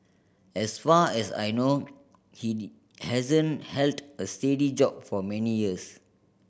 as far as I know he hasn't held a steady job for many years